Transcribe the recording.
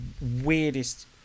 weirdest